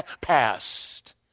past